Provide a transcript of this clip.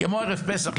כמו ערב פסח,